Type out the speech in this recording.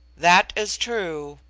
that is true.